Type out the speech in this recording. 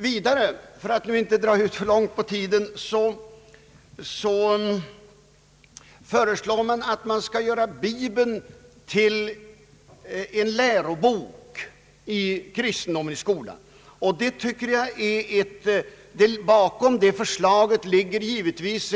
Vidare föreslår man att bibeln skall göras till en lärobok i kristendom i skolan. Bakom det förslaget ligger givetvis,